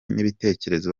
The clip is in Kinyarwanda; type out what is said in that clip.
n’ibitekerezo